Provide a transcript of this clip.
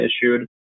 issued